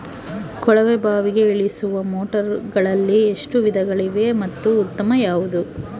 ಕೊಳವೆ ಬಾವಿಗೆ ಇಳಿಸುವ ಮೋಟಾರುಗಳಲ್ಲಿ ಎಷ್ಟು ವಿಧಗಳಿವೆ ಮತ್ತು ಉತ್ತಮ ಯಾವುದು?